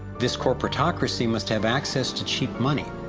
this corporatocracy must have access to cheap money.